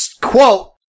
quote